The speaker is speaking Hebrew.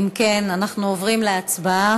אם כן, אנחנו עוברים להצבעה.